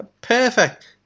Perfect